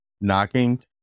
knocking